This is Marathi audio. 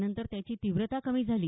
नंतर त्याची तीव्रता कमी झाली